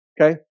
Okay